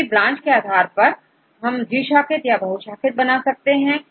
इनकी ब्रांच के आधार पर यह द्विशाखित या बहुशाखित होते हैं